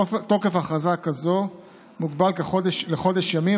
תוקף הכרזה כזאת מוגבל לחודש ימים